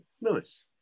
Nice